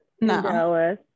no